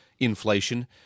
inflation